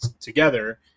together